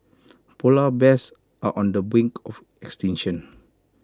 Polar Bears are on the brink of extinction